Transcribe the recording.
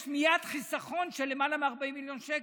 יש מייד חיסכון של יותר מ-40 מיליון שקל,